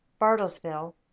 Bartlesville